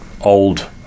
old